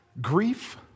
Grief